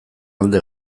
alde